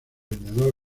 vendedor